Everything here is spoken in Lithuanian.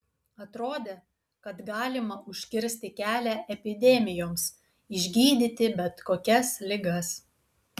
atrodė kad galima užkirsti kelią epidemijoms išgydyti bet kokias ligas